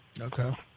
Okay